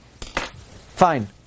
fine